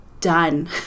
done